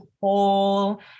whole